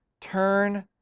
Turn